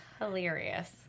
hilarious